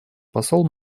посол